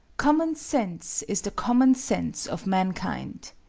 common sense is the common sense of mankind.